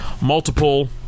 multiple